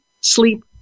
sleep